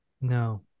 No